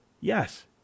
yes